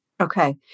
Okay